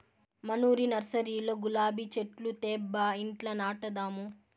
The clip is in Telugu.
మనూరి నర్సరీలో గులాబీ చెట్లు తేబ్బా ఇంట్ల నాటదాము